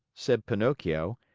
said pinocchio,